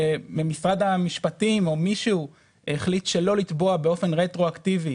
שמשרד המשפטים החליט לא לתבוע באופן רטרואקטיבי